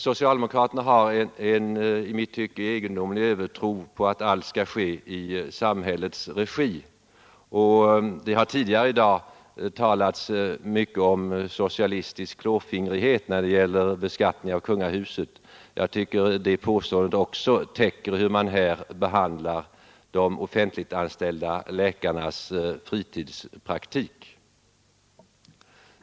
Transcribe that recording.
Socialdemokraterna har en i mitt tycke egendomlig övertro på att allt skall ske i samhällets regi. Det har tidigare i dag talats mycket om socialistisk klåfingrighet när det gäller beskattning av kungahuset. Jag tycker att det påståendet också täcker hur man här behandlar de offentliganställda läkarnas fritidspraktik.